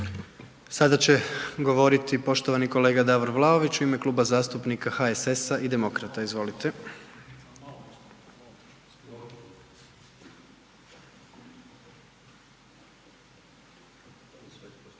Sada će govoriti poštovani kolega Davor Vlaović u ime Kluba zastupnika HSS-a i demokrata. Izvolite. **Vlaović,